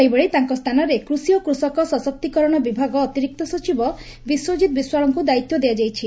ସେହିଭଳି ତାଙ୍କ ସ୍ରାନରେ କୃଷି ଓ କୃଷକ ସଶକ୍ତିକରଣ ବିଭାଗ ଅତିରିକ୍ତ ସଚିବ ବିଶ୍ୱଜିତ୍ ବିଶ୍ୱାଳଙ୍କୁ ଦାୟିତ୍ୱ ଦିଆଯାଇଛି